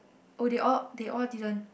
oh they all they all didn't